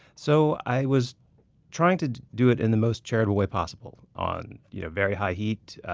so i was trying to do it in the most charitable way possible on you know very high heat,